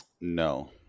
No